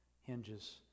hinges